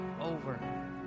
over